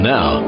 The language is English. Now